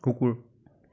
কুকুৰ